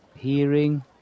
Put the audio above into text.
hearing